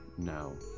no